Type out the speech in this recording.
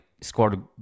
scored